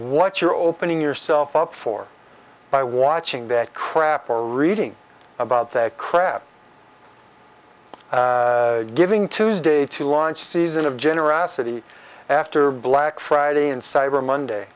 what you're opening yourself up for by watching that crap or reading about that crap giving tuesday to launch season of generosity after black friday and cyber monday